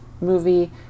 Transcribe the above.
movie